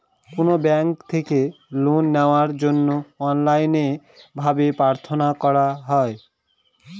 কোনো ব্যাঙ্ক থেকে লোন নেওয়ার জন্য অনলাইনে ভাবে প্রার্থনা করা হয়